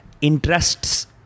interests